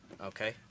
Okay